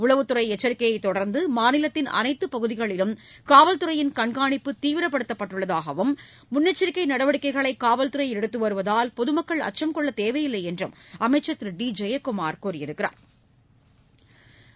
உளவுத்துறை எச்சிக்கையை தொடர்ந்து மாநிலத்தின் அனைத்து பகுதிகளிலும் காவல்துறையின் கண்காணிப்பு தீவிரப்படுத்தப்பட்டுள்ளதாகவும் முன்னெச்சிக்கை நடவடிக்கைகளை காவல்துறை எடுத்துவருவதால் பொதுமக்கள் அச்சம் கொள்ள தேவையில்லை என்று அமைச்சள் திரு டி ஜெயக்குமார் தெரிவித்தள்ளா்